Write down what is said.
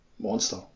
Monster